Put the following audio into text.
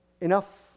Enough